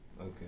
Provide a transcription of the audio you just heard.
Okay